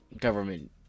government